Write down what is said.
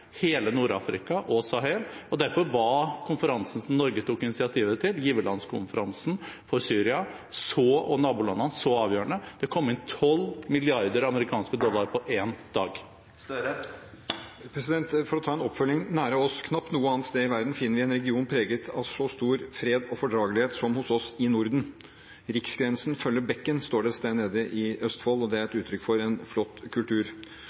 hele Nord-Afrika og Sahel. Derfor var konferansen som Norge tok initiativet til, giverlandskonferansen for Syria og nabolandene, så avgjørende. Det kom inn 12 mrd. amerikanske dollar på én dag. For å ta en oppfølging: Knapt noe annet sted i verden finner vi en region preget av så stor fred og fordragelighet som hos oss i Norden. «Riksgrensen følger bekken», står det et sted nede i Østfold, og det er et uttrykk for en flott kultur.